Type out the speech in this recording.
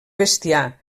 bestiar